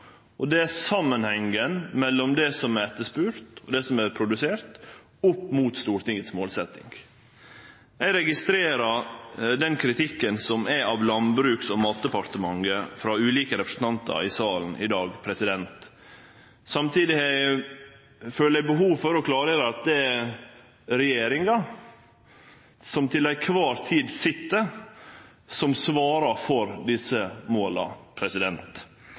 og det er samanhengen mellom det som er etterspurt og det som er produsert, opp mot Stortingets målsetjing. Eg registrerer kritikken av Landbruks- og matdepartementet frå ulike representantar i salen i dag. Samtidig føler eg behov for å klargjere at det er den regjeringa som til kvar tid sit, som svarer for desse måla